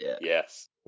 Yes